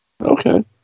Okay